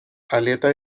aleta